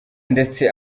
ndetse